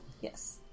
Yes